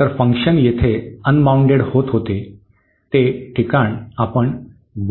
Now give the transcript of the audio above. तर फंक्शन जेथे अनबाउंडेड होत होते ते ठिकाण आपण